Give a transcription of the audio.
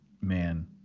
man